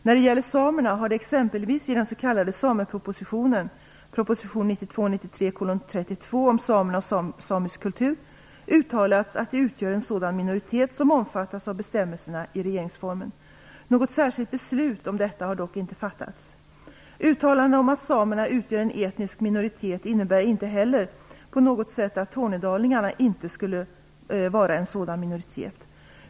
När det gäller samerna har det exempelvis i den s.k. samepropositionen, proposition 1992/93:32 om samerna och samisk kultur, uttalats att de utgör en sådan minoritet som omfattas av bestämmelserna i regeringsformen. Något särskilt beslut om detta har dock inte fattats. Uttalandena om att samerna utgör en etnisk minoritet innebär inte heller på något sätt att tornedalingarna inte skulle vara en sådan minoritet.